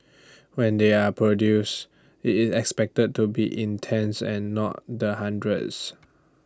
when they are produced IT is expected to be in tens and not the hundreds